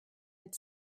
had